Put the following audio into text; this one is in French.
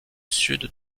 sud